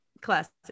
classic